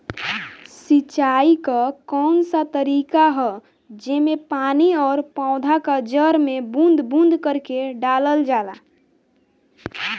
सिंचाई क कउन सा तरीका ह जेम्मे पानी और पौधा क जड़ में बूंद बूंद करके डालल जाला?